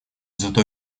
зато